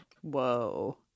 whoa